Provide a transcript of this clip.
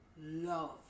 Love